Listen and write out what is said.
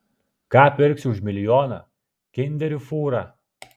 ką pirksi už milijoną kinderių fūrą